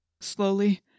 Slowly